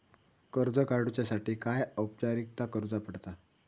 कर्ज काडुच्यासाठी काय औपचारिकता करुचा पडता?